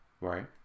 right